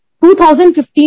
2015